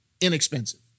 inexpensive